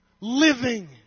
Living